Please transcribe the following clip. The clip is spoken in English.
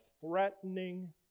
threatening